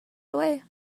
away